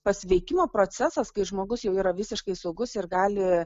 pasveikimo procesas kai žmogus jau yra visiškai saugus ir gali